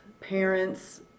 parents